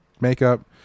makeup